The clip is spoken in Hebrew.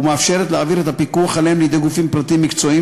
המאפשרת להעביר את הפיקוח עליהם לידי גופים פרטיים מקצועיים,